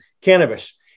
cannabis